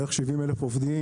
בערך, 70,000 עובדים,